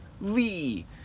Lee